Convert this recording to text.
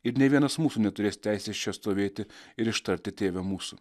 ir nė vienas mūsų neturės teisės čia stovėti ir ištarti tėve mūsų